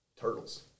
turtles